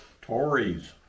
Tories